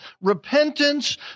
repentance